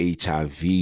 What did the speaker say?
HIV